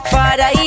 Father